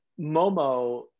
Momo